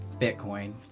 Bitcoin